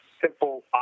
simple